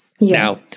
Now